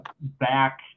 back